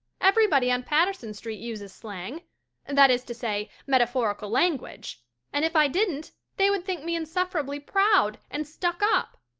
everybody on patterson street uses slang that is to say, metaphorical language and if i didn't they would think me insufferably proud and stuck up.